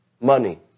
money